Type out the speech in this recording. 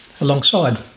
alongside